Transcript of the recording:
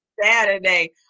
Saturday